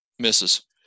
Misses